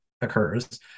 occurs